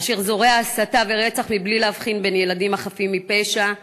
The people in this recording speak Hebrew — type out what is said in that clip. אשר זורע הסתה ורצח בלי להבחין בין ילדים חפים מפשע,